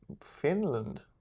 Finland